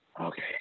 Okay